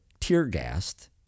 tear-gassed